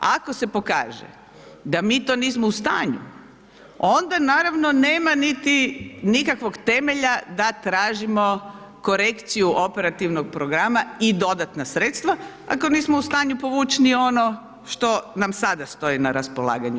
Ako se pokaže da mi to nismo u stanju, onda naravno nema niti nikakvog temelja da tražimo korekciju Operativnog programa i dodatna sredstava ako nismo u stanju povuć ni ono što nam sada stoji na raspolaganju.